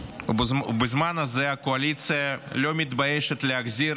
ובזמן הזה הקואליציה לא מתביישת להחזיר